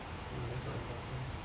ya that's not important